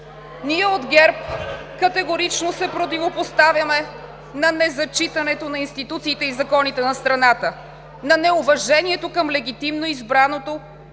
Ние от ГЕРБ категорично се противопоставяме на незачитането на институциите и законите на страната, на неуважението към легитимно избраното,